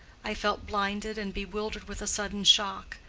i felt blinded and bewildered with a sudden shock.